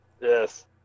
Yes